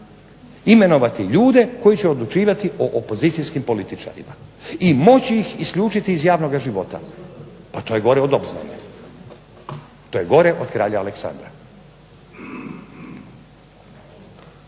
imenovati ljude koji će odlučivati o opozicijskim političarima i moći ih isključiti iz javnoga života. Pa to je gore od …/Govornik se ne razumije./…, to je gore od kralja Aleksandra.